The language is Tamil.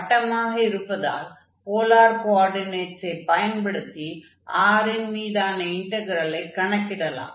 வட்டமாக இருப்பதால் போலார் கோஆர்டினேட்ஸை பயன்படுத்தி R ன் மீதான இன்டக்ரெலை கணக்கிடலாம்